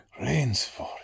Rainsford